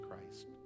Christ